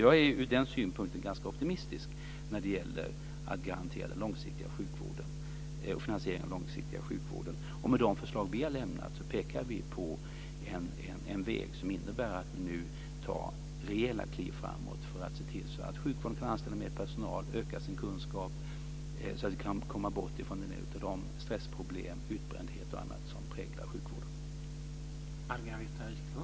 Jag är ur den synpunkten ganska optimistisk när det gäller att garantera finansieringen av den långsiktiga sjukvården. I de förslag vi har lämnat pekar vi på en väg som innebär att vi nu tar rejäla kliv framåt för att se till att sjukvården kan anställa mer personal och öka sin kunskap, så att vi kan komma bort från en del av de stressproblem, utbrändhet och annat som präglar sjukvården.